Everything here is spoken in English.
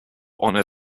honor